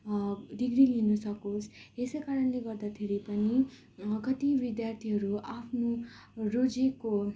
degree लिनसकोस् यसै कारणले गर्दाखेरि पनि कति विद्यार्थीहरू आफ्नो रोजेको